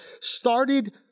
started